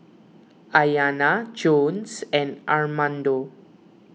Ayana Jones and Armando